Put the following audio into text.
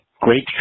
great